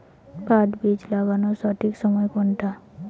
পাট বীজ লাগানোর সঠিক সময় কোনটা?